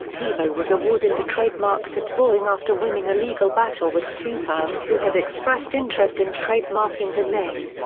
tebow was awarded the trademark to tebowing after winning a legal battle with two fans who had expressed interest in trademarking the name.